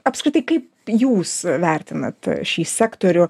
apskritai kaip jūs vertinat šį sektorių